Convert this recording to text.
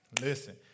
listen